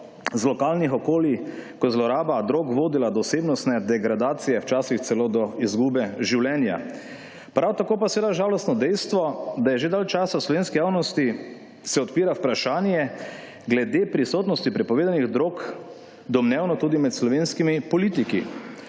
iz lokalnih okolij, ko je zloraba drog vodila do osebnostne degradacije, včasih celo do izgube življenja. Prav tako pa je seveda žalostno dejstvo, da je že dalj časa v slovenski javnosti se odpira vprašanje glede prisotnosti prepovedanih drog domnevno tudi med slovenskimi politiki.